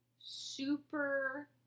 super